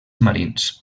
marins